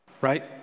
Right